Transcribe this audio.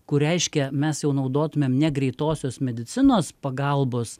kur reiškia mes jau naudotumėm ne greitosios medicinos pagalbos